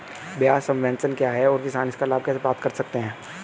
ब्याज सबवेंशन क्या है और किसान इसका लाभ कैसे प्राप्त कर सकता है?